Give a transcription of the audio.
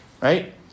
Right